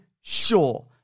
sure